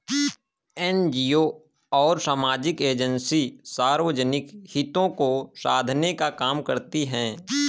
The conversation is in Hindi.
एनजीओ और सामाजिक एजेंसी सार्वजनिक हितों को साधने का काम करती हैं